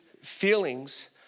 feelings